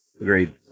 Agreed